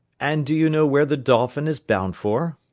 and do you know where the dolphin is bound for?